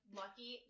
lucky